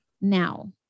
Now